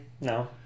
No